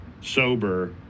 Sober